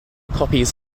copies